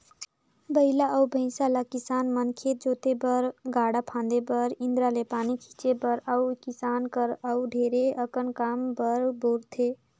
बइला अउ भंइसा ल किसान मन खेत जोते बर, गाड़ा फांदे बर, इन्दारा ले पानी घींचे बर अउ किसानी कर अउ ढेरे अकन काम बर बउरथे